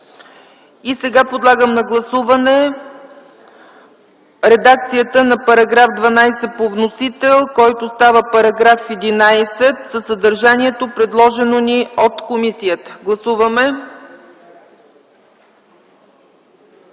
И сега подлагам на гласуване редакцията на § 12 по вносител, който става § 11, със съдържанието, предложено ни от комисията. Гласуваме!